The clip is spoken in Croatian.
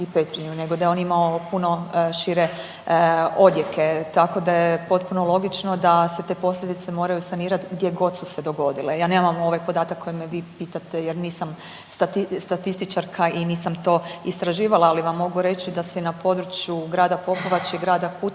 i Petrinju, nego da je on imao puno šire odjeke, tako da je potpuno logično da se te posljedice moraju sanirat gdje god su se dogodile. Ja nemam ovaj podatak koji me vi pitate jer nisam statističarka i nisam to istraživala, ali vam mogu reći da se i na području grada Popovače i grada Kutine